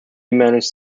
managed